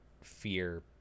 fear